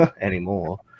anymore